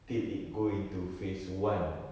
till it go into phase one